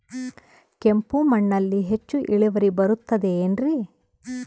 ಕೆಂಪು ಮಣ್ಣಲ್ಲಿ ಹೆಚ್ಚು ಇಳುವರಿ ಬರುತ್ತದೆ ಏನ್ರಿ?